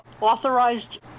authorized